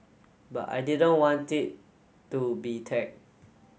but I didn't want it to be tag